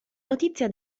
notizia